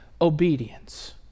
obedience